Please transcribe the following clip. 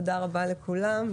תודה רבה לכולם.